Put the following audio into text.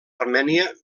armènia